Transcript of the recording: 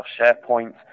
SharePoint